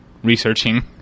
researching